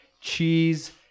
cheese